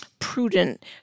Prudent